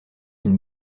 une